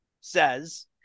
says